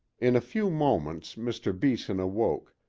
in a few moments mr. beeson awoke,